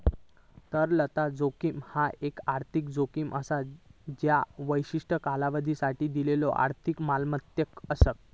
तरलता जोखीम ह्या एक आर्थिक जोखीम असा ज्या विशिष्ट कालावधीसाठी दिलेल्यो आर्थिक मालमत्तेक असता